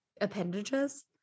appendages